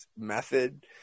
method